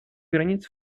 границ